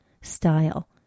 style